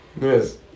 Yes